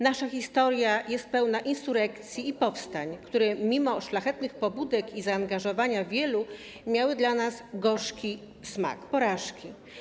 Nasza historia jest pełna insurekcji i powstań, które mimo szlachetnych pobudek i zaangażowania wielu miały dla nas gorzki smak porażki.